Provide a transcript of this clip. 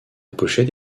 pochette